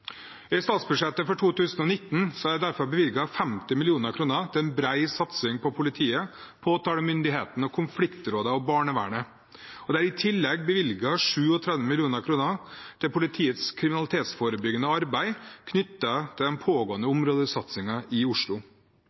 I statsbudsjettet for 2019 er det derfor bevilget 50 mill. kr til en bred satsing på politiet, påtalemyndigheten, konfliktrådene og barnevernet. Det er i tillegg bevilget 37 mill. kr til politiets kriminalitetsforebyggende arbeid knyttet til den pågående områdesatsingen i Oslo.